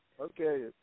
okay